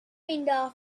windows